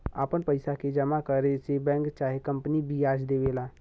आपन पइसा के जमा करे से बैंक चाहे कंपनी बियाज देवेला